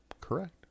Correct